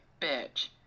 bitch